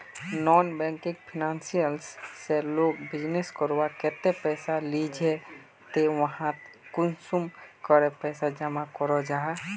Non banking financial से लोग business करवार केते पैसा लिझे ते वहात कुंसम करे पैसा जमा करो जाहा?